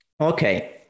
okay